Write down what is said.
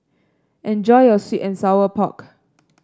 enjoy your sweet and Sour Pork